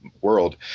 world